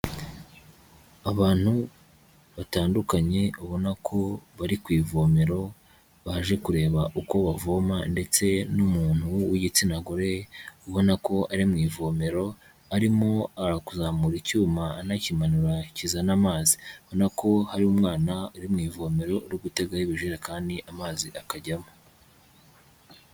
Abantu batandukanye ubona ko bari ku ivomero, baje kureba uko bavoma ndetse n'umuntu w'igitsina gore, ubona ko ari mu ivomero arimo ari kuzamura icyuma anakimanura kizana amazi, ubona ko hari umwana uri mu ivomero uri gutegaho ibijerekani amazi akajyamo.